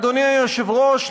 אדוני היושב-ראש,